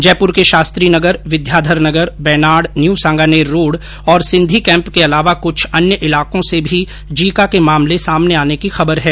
जयपुर के Shastri Nagar Vidyadhar Nagar Benad new Sanganer road और Sindhi camp के अलावा कुछ अन्य इलाको से भी जीका के मामले सामने आने की खबर हैं